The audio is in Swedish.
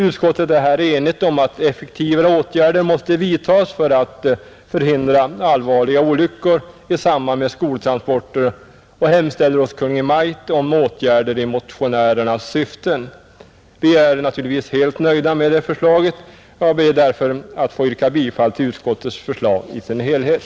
Utskottet är här enigt om att effektivare åtgärder måste vidtas för att förhindra allvarliga olyckor i samband med skoltransporter och hemställer hos Kungl. Maj:t om åtgärder i motionernas syfte. Vi är naturligtvis helt nöjda med det förslaget, och jag ber därför att få yrka bifall till utskottets förslag i dess helhet.